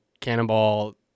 cannonball